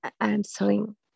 answering